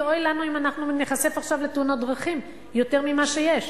ואוי לנו אם אנחנו ניחשף עכשיו לתאונות דרכים יותר ממה שיש.